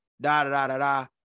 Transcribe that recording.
da-da-da-da-da